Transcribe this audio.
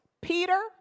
Peter